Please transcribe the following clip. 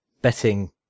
betting